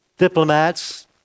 diplomats